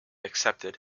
accepted